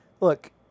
Look